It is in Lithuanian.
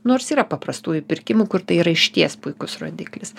nors yra paprastųjų pirkimų kur tai yra išties puikus rodiklis